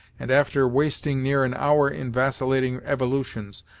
and after wasting near an hour in vacillating evolutions,